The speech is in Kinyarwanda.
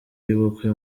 y’ubukwe